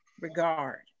regard